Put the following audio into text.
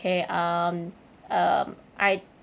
okay um um I